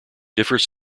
differs